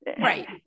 Right